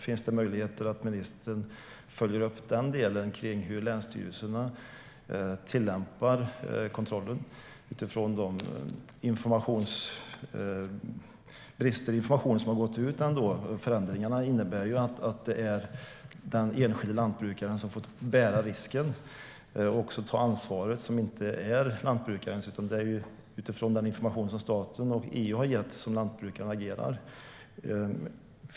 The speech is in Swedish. Finns det möjligheter att ministern, utifrån de informationsbrister som har varit, följer upp hur länsstyrelserna tillämpar kontrollen? Förändringarna har inneburit att det är den enskilde lantbrukaren som har fått bära risken och ta ansvaret som inte är lantbrukarens, utan det är utifrån den information som staten och EU har gett som lantbrukaren agerar.